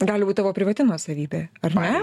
gali būt tavo privati nuosavybė ar ne